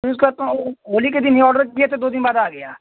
फिर उसके बाद तो होली के दिन ही ओडर किये थे दो दिन बाद आ गया